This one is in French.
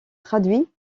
traduits